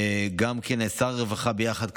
גם שר הרווחה ביחד,